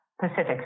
Pacific